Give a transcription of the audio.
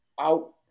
out